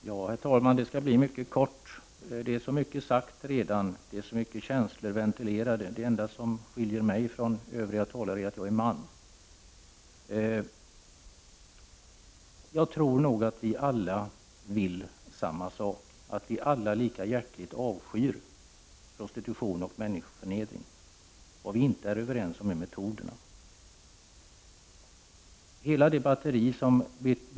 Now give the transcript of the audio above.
Herr talman! Det här inlägget skall bli mycket kort. Så mycket är redan sagt och många känslor är ventilerade. En sak som skiljer mig från tidigare talare är att jag är man. Jag tror att vi alla lika mycket avskyr prostitution och människoförnedring. Vad vi inte är överens om för att komma till rätta därmed är metoderna.